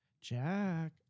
Jack